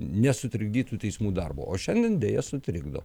nesutrikdytų teismų darbo o šiandien deja sutrikdo